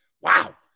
Wow